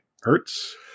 Hertz